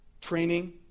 Training